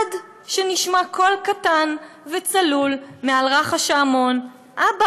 עד שנשמע קול קטן וצלול מעל רחש ההמון: אבא,